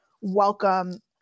welcome